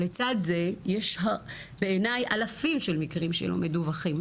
לצד זה יש בעייני אלפים של מקרים שלא מדווחים,